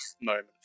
moment